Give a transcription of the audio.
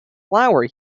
flower